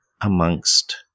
amongst